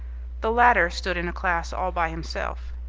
the latter stood in a class all by himself.